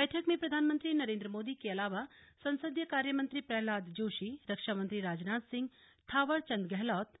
बैठक में प्रधानमंत्री नरेंद्र मोदी के अलावा संसदीय कार्यमंत्री प्रहलाद जोशी रक्षा मंत्री राजनाथ सिंह थावर चंद गहलोत